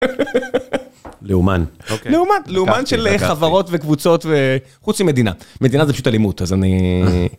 לאומן לאומן לאומן של חברות וקבוצות וחוץ ממדינה מדינה זה פשוט אלימות אז אני